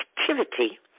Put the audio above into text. activity